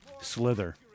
*Slither*